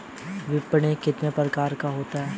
विपणन कितने प्रकार का होता है?